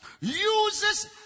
uses